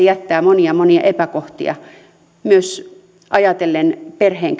jättää monia monia epäkohtia myös ajatellen perheen